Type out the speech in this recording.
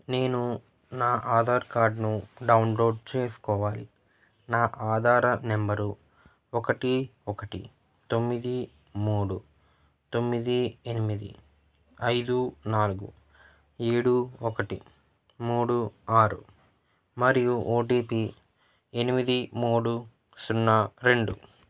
నేను నా ఆధార్ కార్డ్ను డౌన్లోడ్ చేసుకోవాలి నా ఆధార్ నెంబరు ఒకటి ఒకటి తొమ్మిది మూడు తొమ్మిది ఎనిమిది ఐదు నాలుగు ఏడు ఒకటి మూడు ఆరు మరియు ఓ టీ పీ ఎనిమిది మూడు సున్నా రెండు